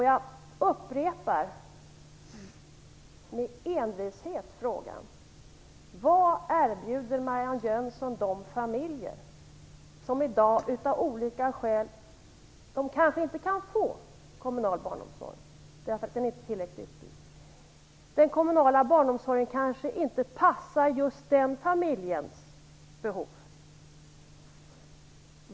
Jag upprepar med envishet frågan: Vad erbjuder Marianne Jönsson de familjer som i dag inte kan få kommunal barnomsorg, därför att den inte är tillräckligt utbyggd? Det kan också vara så att den kommunala barnomsorgen inte passar familjens behov.